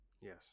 Yes